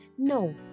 No